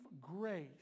grace